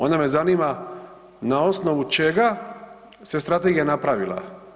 Onda me zanima na osnovu čega se strategija napravila?